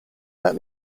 let